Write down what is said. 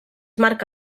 marca